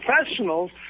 professionals